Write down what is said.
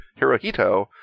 Hirohito